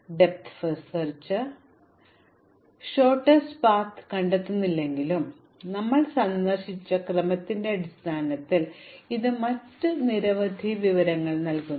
ആഴത്തിലുള്ള ആദ്യ തിരയൽ ഹ്രസ്വമായ പാത കണ്ടെത്തുന്നില്ലെങ്കിലും ഞങ്ങൾ സന്ദർശിച്ച ക്രമത്തിന്റെ അടിസ്ഥാനത്തിൽ ഇത് മറ്റ് നിരവധി വിവരങ്ങൾ നൽകുന്നു